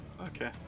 Okay